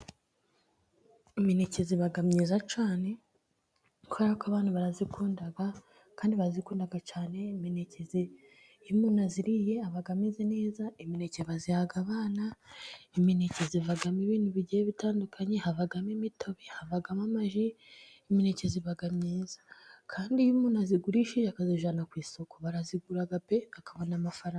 Imineke iba iba myiza cyane kuko abantu barayikunda kandi bayikunda cyane, imineke iyo umuntu ayiriye aba ameze neza. Imineke bayiha abana, imineke ivamo ibintu bigiye bitandukanye. Havamo imitobe, havamo amaji, imineke iba myiza kandi iyo umuntu ayigurishije akayijyana ku isoko, barayigura pe akabona amafaranga.